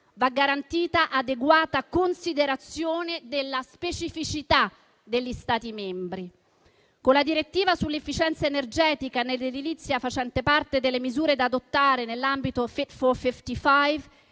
va garantita adeguata considerazione della specificità degli Stati membri. Con la direttiva sull'efficienza energetica nell'edilizia, facente parte delle misure da adottare nell'ambito Fit for 55,